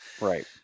Right